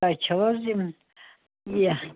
تۄہہِ چھو حظ یِم